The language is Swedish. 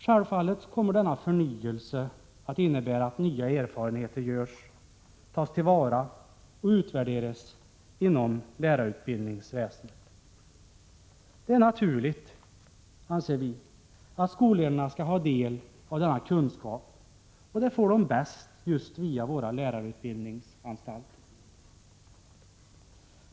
Självfallet kommer denna förnyelse att innebära att nya erfarenheter görs, tas till vara och utvärderas inom lärarutbildningsväsendet. Vi anser att det är naturligt att skolledarna skall ha del av denna kunskap, och det får de bäst i just våra lärarutbildningsanstalter.